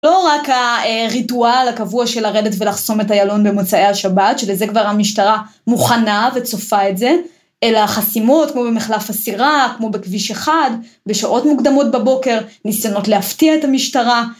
לא רק הריטואל הקבוע של לרדת ולחסום את איילון במוצאי השבת, שלזה כבר המשטרה מוכנה וצופה את זה, אלא חסימות כמו במחלף הסירה, כמו בכביש 1, בשעות מוקדמות בבוקר, ניסיונות להפתיע את המשטרה.